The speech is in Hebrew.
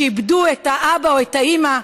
שאיבדו את האבא או את האימא,